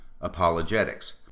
Apologetics